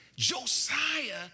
Josiah